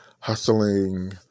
hustling